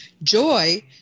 Joy